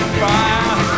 fire